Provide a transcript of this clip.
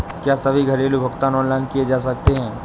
क्या सभी घरेलू भुगतान ऑनलाइन किए जा सकते हैं?